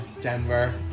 Denver